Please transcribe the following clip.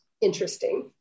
interesting